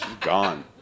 gone